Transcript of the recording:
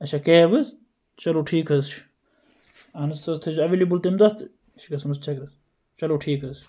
اچھا کیب حٕظ چلو ٹھیٖک حٕظ چھُ اہن حظ سۄ حٕظ تھٲے زیٚو ایویلیبل تمہِ دۄہ